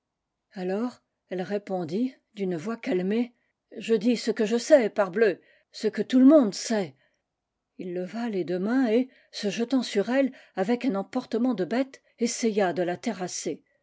alors elle répondit d'une voix calmée je dis ce que je sais parbleu ce que tout le monde sait ii leva les deux mains et se jetant sur elle avec un emportement de bête essaya de la terrasser